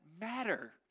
matter